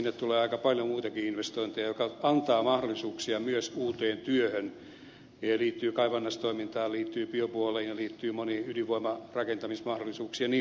nyt samalla käydään yt neuvotteluja ja sinne tulee aika paljon muitakin investointeja mikä antaa mahdollisuuksia myös uuteen työhön liittyy kaivannaistoimintaan liittyy biopuoleen ja liittyy moniin ydinvoimarakentamismahdollisuuksiin jnp